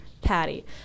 Patty